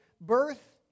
birth